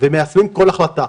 ומיישמים כל החלטה.